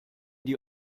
die